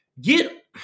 get